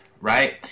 right